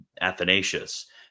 Athanasius